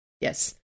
Yes